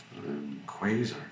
Quasar